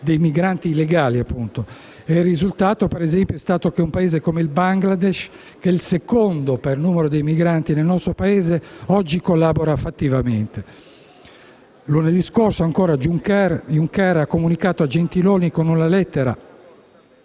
dei migranti illegali. Il risultato è stato che un Paese come il Bangladesh, che è il secondo per numero di migranti nel nostro Paese, oggi collabora fattivamente. Lunedì scorso, Juncker ha comunicato a Gentiloni, con una lettera